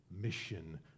mission